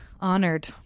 honored